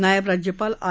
नायब राज्यपाल आर